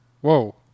Whoa